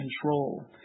control